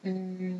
mm